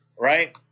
right